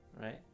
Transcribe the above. Right